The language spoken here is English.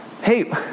Hey